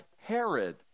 Herod